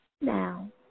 now